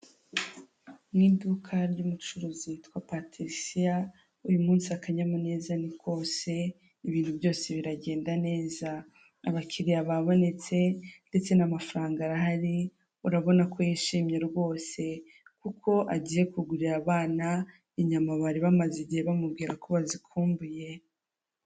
Mu iduka ry'umucuruzi witwa Patricia, uyu munsi akanyamuneza ni kose, ibintu byose biragenda neza, abakiriya babonetse ndetse n'amafaranga arahari, urabona ko yishimye rwose, kuko agiye kugurira abana inyama bari bamaze igihe bamubwira ko bazikumbuye.